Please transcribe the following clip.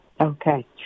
okay